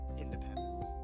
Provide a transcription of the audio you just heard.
independence